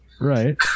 Right